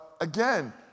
Again